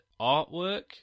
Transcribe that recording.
artwork